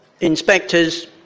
inspectors